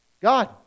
God